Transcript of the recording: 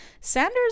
Sanders